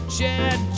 Chad